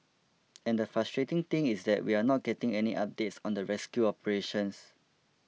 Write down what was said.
and the frustrating thing is that we are not getting any updates on the rescue operations